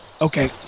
okay